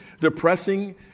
depressing